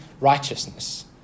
righteousness